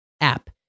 app